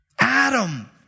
Adam